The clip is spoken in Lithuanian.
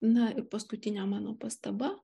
na ir paskutinė mano pastaba